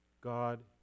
God